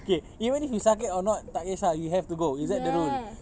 okay even if you sakit or not tak kisah you have to go is that the rule